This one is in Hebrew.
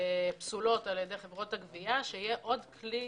פסולות על-ידי חברות הגבייה, שיהיה עוד כלי